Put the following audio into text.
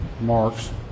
marks